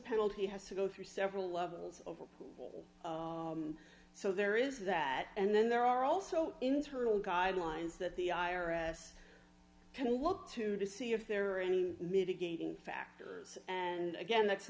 penalty has to go through several levels of a pool so there is that and then there are also internal guidelines that the i r s can look to to see if there are any mitigating factors and again that's